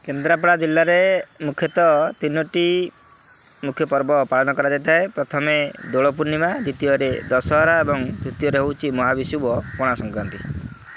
କେନ୍ଦ୍ରାପଡ଼ା ଜିଲ୍ଲାରେ ମୁଖ୍ୟତଃ ତିନୋଟି ମୁଖ୍ୟ ପର୍ବ ପାଳନ କରାଯାଇଥାଏ ପ୍ରଥମେ ଦୋଳ ପୂର୍ଣ୍ଣିମା ଦ୍ୱିତୀୟରେ ଦଶହରା ଏବଂ ତୃତୀୟରେ ହେଉଛି ମହାବିଷୁବ ପଣା ସଂକ୍ରାନ୍ତି